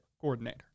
coordinator